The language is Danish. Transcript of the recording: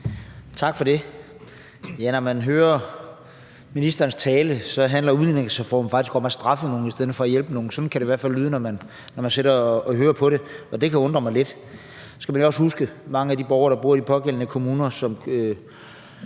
Tak for det. Ja, når man hører ministerens tale, handler udligningsreformen faktisk om at straffe nogen i stedet for at hjælpe nogen. Sådan kan det i hvert fald lyde, når man sidder og hører på det, og det kan undre mig lidt. Vi skal også huske, at mange af de borgere, der bor i de pågældende kommuner, som